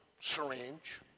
syringe